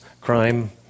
crime